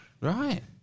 right